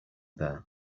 there